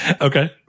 Okay